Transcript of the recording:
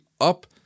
up